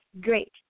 great